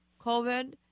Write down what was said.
COVID